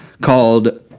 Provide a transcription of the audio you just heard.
called